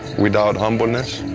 without humbleness,